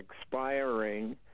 expiring